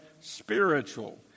spiritual